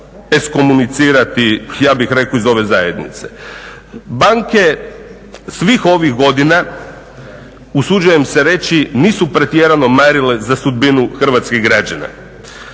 ekskomunicirati ja bih rekao iz ove zajednice. Banke svih ovih godina usuđujem se reći nisu pretjerano marile za sudbinu hrvatskih građana.